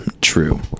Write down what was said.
true